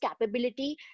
capability